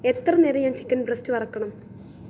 എത്ര നേരം ഞാൻ ചിക്കൻ ബ്രസ്റ്റ് വറക്കണം